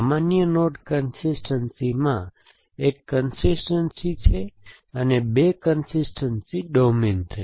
સામાન્ય નોડ કન્સિસ્ટનસીમાં એક કન્સિસ્ટનસી છે અને બે કન્સિસ્ટનસી ડોમેન થશે